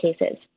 cases